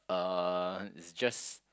uh it's just